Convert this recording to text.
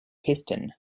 piston